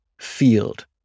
field